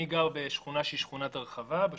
אני גר בשכונת הרחבה בת